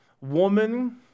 woman